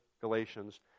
Galatians